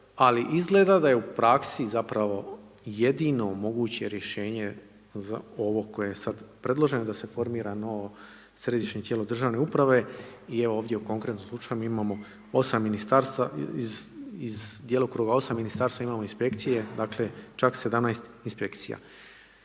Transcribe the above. ali izgleda da je u praksi jedino moguće rješenje ovo koje je sada predloženo da se formira novo Središnje tijelo državne uprave i evo, ovdje u konkretnom slučaju, mi imamo 8 Ministarstava, iz djelokruga 8 Ministarstava imamo Inspekcije, dakle, čak 17 Inspekcija.